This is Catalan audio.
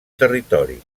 territori